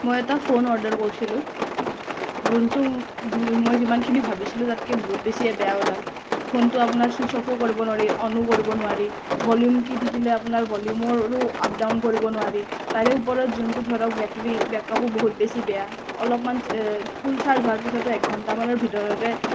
মই এটা phone order কৰিছিলোঁ যোনটো যোনটো মই যিমানখিনি ভাবিছিলোঁ তাতকৈ বহুত বেছিয়েই বেয়া ওলাল ফোনটো আপোনাৰ ছুইটছ অফো কৰিব নোৱাৰি অনো কৰিব নোৱাৰি ভলিউম কী টিপিলে আপোনাৰ ভলিউমো আপ ডাউন কৰিব নোৱাৰি তাৰে ওপৰত যোনটো ধৰক বেটাৰী বেকআপো বহুত বেছি বেয়া অলপমান ফুল ছাৰ্জ হোৱাৰ পিছতো এক ঘণ্টামানৰ ভিতৰতে